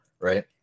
right